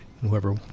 Whoever